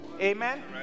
Amen